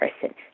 person